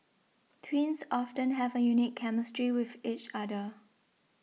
twins often have a unique chemistry with each other